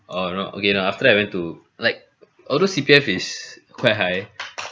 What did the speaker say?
oh no okay no after that I went to like although C_P_F is quite high